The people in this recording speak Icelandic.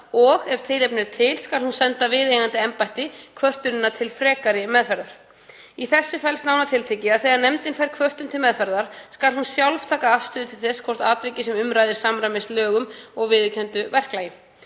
og ef tilefni er til skal hún senda viðeigandi embætti kvörtunina til frekari meðferðar. Í þessu felst nánar tiltekið að þegar nefndin fær kvörtun til meðferðar skal hún sjálf taka afstöðu til þess hvort atvikið sem um ræðir samræmist lögum og viðurkenndu verklagi.